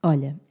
Olha